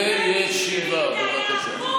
בישיבה, בבקשה.